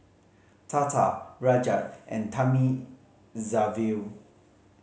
Tata Rajat and Thamizhavel